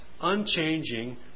unchanging